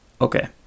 Okay